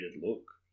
look